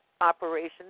operations